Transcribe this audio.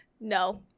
No